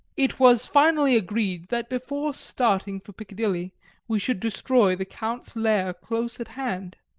it was finally agreed that before starting for piccadilly we should destroy the count's lair close at hand.